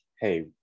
hey